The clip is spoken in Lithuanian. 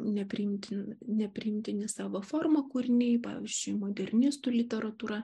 nepriimtini nepriimtini savo forma kūriniai pavyzdžiui modernistų literatūra